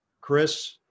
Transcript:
Chris